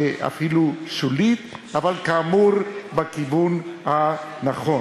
אפילו שולית, אבל כאמור, בכיוון הנכון.